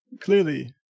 clearly